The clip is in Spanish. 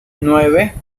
nueve